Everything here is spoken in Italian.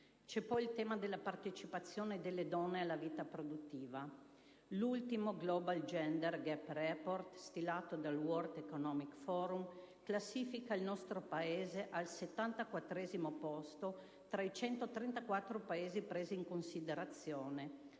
C'è poi il tema della partecipazione delle donne alla vita produttiva. L'ultimo «*Global gender gap report*» stilato dal *World Economic Forum* classifica il nostro Paese al 74o posto tra 134 Paesi presi in considerazione,